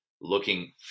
looking